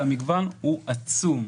והמגוון עצום.